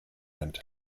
and